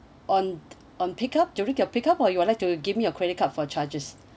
on on pick up during your pick up or you would like to give me your credit card for charges